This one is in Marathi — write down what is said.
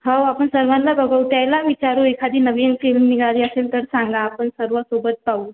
हो आपण सर्वांना बघू त्याला विचारू एखादी नवीन फिल्म निघाली असेल तर सांगा आपण सर्व सोबत पाहू